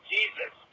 Jesus